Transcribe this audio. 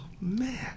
man